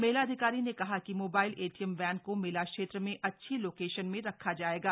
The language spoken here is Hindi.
मेला अधिकारी ने कहा कि मोबाइल एटीएम वैन को मेला क्षेत्र में अच्छी लोकेशन में रखा जाएगा